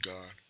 God